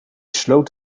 sloot